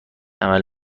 عمل